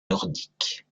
nordique